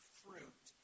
fruit